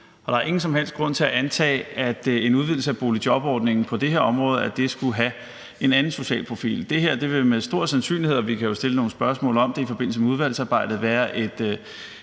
der er ingen som helst grund til at antage, at en udvidelse af boligjobordningen på det her område skulle have en anden social profil. Det her vil med stor sandsynlighed – og vi kan jo stille nogle spørgsmål om det i forbindelse med udvalgsarbejdet – være en